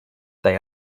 they